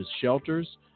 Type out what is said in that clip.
shelters